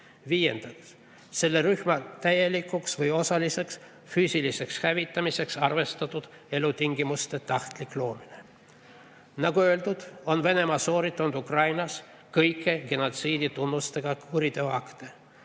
Viiendaks, selle rühma täielikuks või osaliseks füüsiliseks hävitamiseks mõeldud elutingimuste tahtlik loomine. Nagu öeldud, on Venemaa sooritanud Ukrainas kõiki genotsiiditunnustega kuriteo akte.